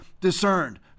discerned